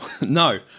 No